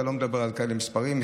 אתה לא מדבר על מספרים כאלה,